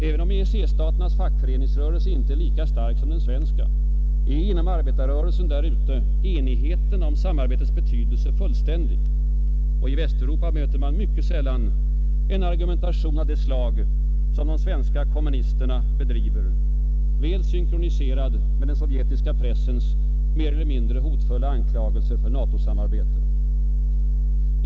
Även om EEC-staternas fackföreningsrörelse inte är lika stark som den svenska, är inom EEC:s arbetarrörelse enigheten om samarbetets betydelse fullständig. I Västeuropa möter man mycket sällan en argumentation av det slag som de svenska kommunisterna bedriver, väl synkroniserad med den sovjetryska pressens mer eller mindre hotfulla anklagelser för NATO-samarbete.